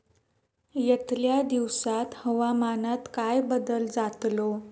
यतल्या दिवसात हवामानात काय बदल जातलो?